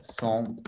sont